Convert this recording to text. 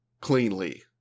cleanly